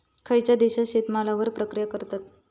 खयच्या देशात शेतमालावर प्रक्रिया करतत?